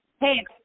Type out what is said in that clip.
Hey